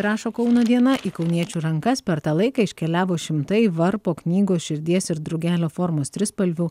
rašo kauno diena į kauniečių rankas per tą laiką iškeliavo šimtai varpo knygos širdies ir drugelio formos trispalvių